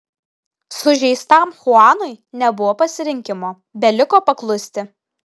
sužeistam chuanui nebuvo pasirinkimo beliko paklusti